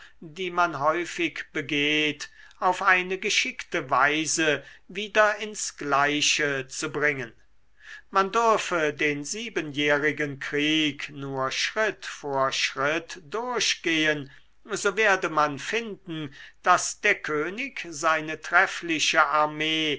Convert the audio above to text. die man häufig begeht auf eine geschickte weise wieder ins gleiche zu bringen man dürfe den siebenjährigen krieg nur schritt vor schritt durchgehen so werde man finden daß der könig seine treffliche armee